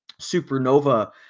supernova